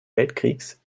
weltkrieges